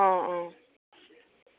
অঁ অঁ